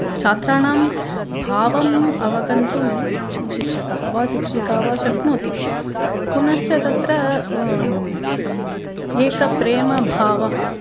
छात्राणां भावम् अवगन्तुं शिक्षकः वा शिक्षिका वा शक्नोति पुनश्च तत्र एकः प्रेमभावः